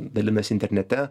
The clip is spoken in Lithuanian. dalinasi internete